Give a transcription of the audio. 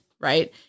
Right